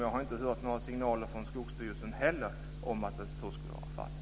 Jag har inte heller från Skogsstyrelsen hört några signaler om att så skulle vara fallet.